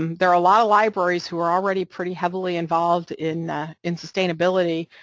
um there are a lot of libraries who are already pretty heavily involved in ah in sustainability,